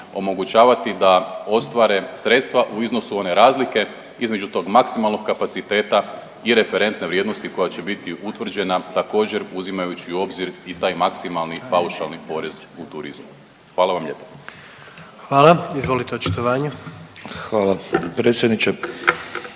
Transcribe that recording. omogućavati da ostvare sredstva u iznosu one razlike između tog maksimalnog kapaciteta i referentne vrijednosti koja će biti utvrđena također uzimajući u obzir i taj maksimalni paušalni porez u turizmu. Hvala vam lijepa. **Jandroković, Gordan (HDZ)** Hvala. Izvolite